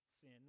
sin